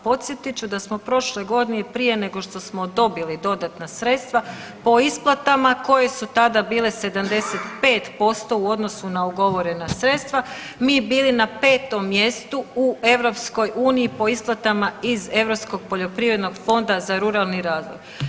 Podsjetit ću smo prošle godine prije nego što smo dobili dodatna sredstva po isplatama koje su tada bile 75% u odnosu na ugovorena sredstva mi bili na 5 mjestu u EU po isplatama iz Europskog poljoprivrednog fonda za ruralni razvoj.